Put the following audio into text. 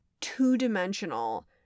two-dimensional